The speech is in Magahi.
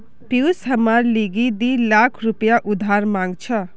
पियूष हमार लीगी दी लाख रुपया उधार मांग छ